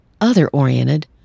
other-oriented